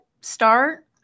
start